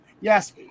Yes